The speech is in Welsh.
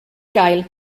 gael